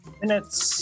minutes